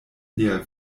lia